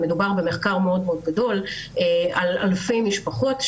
מדובר במחקר מאוד מאוד גדול על אלפי משפחות,